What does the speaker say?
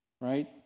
right